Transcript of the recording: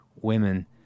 women